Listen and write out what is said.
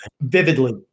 Vividly